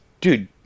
dude